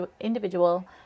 individual